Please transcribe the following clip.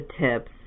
tips